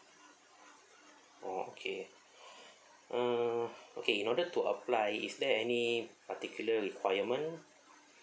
oh okay uh okay in order to apply is there any particular requirement